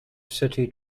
city